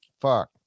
fuck